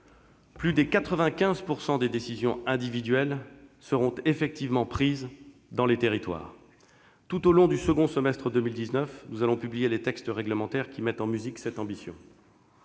plus de 95 % des décisions individuelles seront effectivement prises dans les territoires. Nous publierons tout au long du second semestre 2019 les textes réglementaires qui mettront en musique cette ambition.